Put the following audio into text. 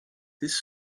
this